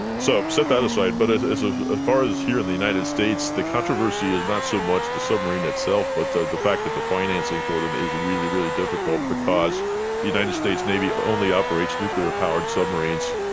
so, set that aside. but as as ah ah far as here in the united states, the controversy is not so much the submarine itself but the the fact that the financing for them is really, really difficult because the united states navy only operates nuclear powered submarines.